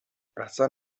اصلن